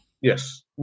Yes